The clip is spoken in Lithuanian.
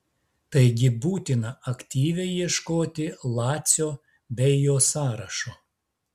taigi būtina aktyviai ieškoti lacio bei jo sąrašo